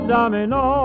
Domino